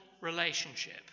relationship